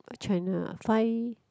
channel five